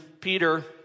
Peter